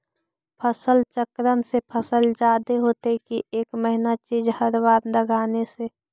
फसल चक्रन से फसल जादे होतै कि एक महिना चिज़ हर बार लगाने से?